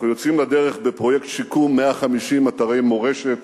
אנחנו יוצאים לדרך בפרויקט שיקום של 150 אתרי מורשת.